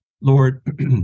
Lord